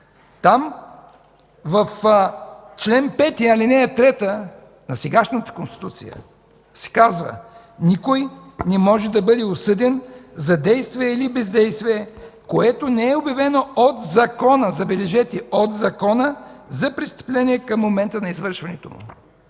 Там в чл. 5, ал. 3 – на сегашната Конституция, се казва: „Никой не може да бъде осъден за действие или бездействие, което не е обявено от закона – забележете – за престъпление към момента на извършването му”.